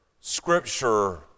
scripture